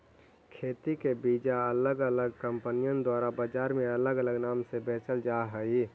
खेती के बिचा अलग अलग कंपनिअन द्वारा बजार में अलग अलग नाम से बेचल जा हई